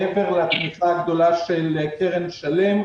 מעבר לתמיכה הגדולה של קרן שלם.